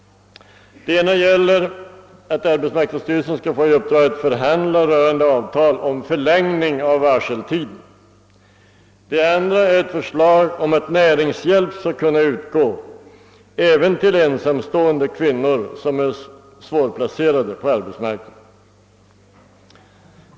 Det ena gäller att arbetsmarknadsstyrelsen skall få i uppdrag att förhandla rörande avtal om förlängning av varseltiden. Det andra är ett förslag om att näringshjälp skall kunna utgå även till ensamstående kvinnor som är svårplacerade på arbetsmarknaden.